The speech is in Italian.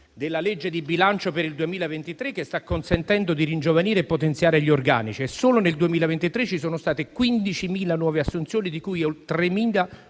della legge di bilancio per il 2023, che sta consentendo di ringiovanire e potenziare gli organici. Solo nel 2023 ci sono state 15.000 nuove assunzioni, di cui oltre 3.500